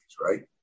right